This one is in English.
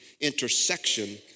intersection